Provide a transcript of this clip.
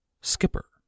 Skipper